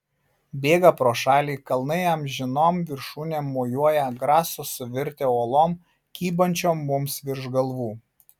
bėga pro šalį kalnai amžinom viršūnėm mojuoja graso suvirtę uolom kybančiom mums virš galvų